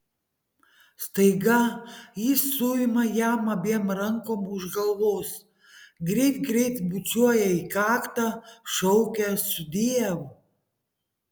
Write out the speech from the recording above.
staiga ji suima jam abiem rankom už galvos greit greit bučiuoja į kaktą šaukia sudiev